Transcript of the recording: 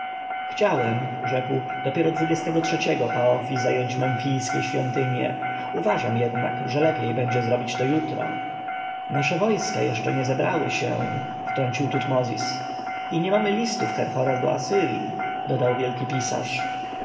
chciałem rzekł dopiero dwudziestego trzeciego paf zajęć męki swe świątynie uważam jednak że lepiej będzie zrobić to jutro nasze wojska jeszcze nie zebrały się wtrącił tutmozis i nie mamy listów herhora do